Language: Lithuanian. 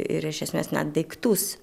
ir iš esmės net daiktus